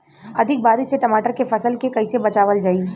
अधिक बारिश से टमाटर के फसल के कइसे बचावल जाई?